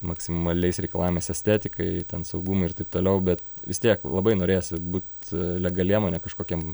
maksimaliais reikalavimais estetikai ten saugumui ir taip toliau bet vis tiek labai norėjosi būt legaliem o ne kažkokiem